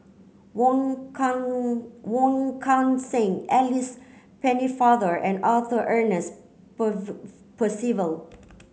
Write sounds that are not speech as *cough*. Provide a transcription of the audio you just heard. Wong Kan Wong Kan Seng Alice Pennefather and Arthur Ernest *unintelligible* Percival